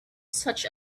such